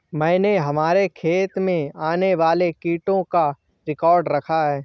मैंने हमारे खेत में आने वाले कीटों का रिकॉर्ड रखा है